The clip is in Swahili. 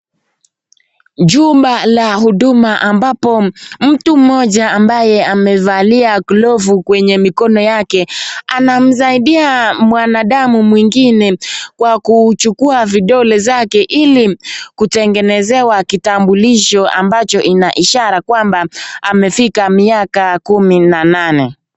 Jumba la huduma ambapo mtu mmoja ambaye amevalia glovu kwenye mikono yake, anamsaidia mwanadamu mwingine kwa kuuchukua vidole zake ili kutengenezewa kitambulisho ambacho ina ishara kwamba amefika miaka kumi na nane.